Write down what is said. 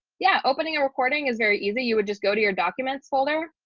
yeah, opening a recording is very easy. you would just go to your documents folder.